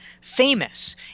famous